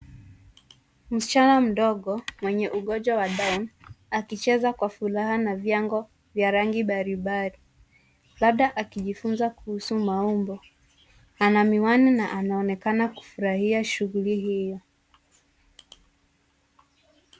Msichana mdogo mwenye ugonjwa wa down akicheza kwa furaha na vyago vya rangi mbalimbali, labda akijifunza kuhusu maumbo. Ana miwani na anaonekana kufurahia shuguli hiyo.